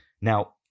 Now